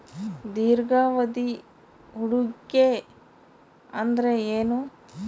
ದೀರ್ಘಾವಧಿ ಹೂಡಿಕೆ ಅಂದ್ರ ಏನು?